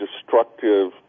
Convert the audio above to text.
destructive